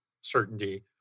certainty